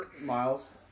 Miles